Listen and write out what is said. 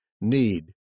need